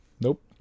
nope